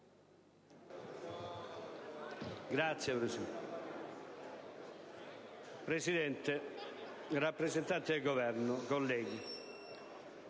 Presidente, signor rappresentante del Governo, colleghi,